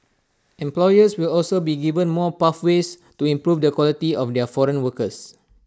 employers will also be given more pathways to improve the quality of their foreign workers